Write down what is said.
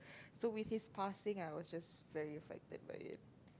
so with his passing I was just very affected by it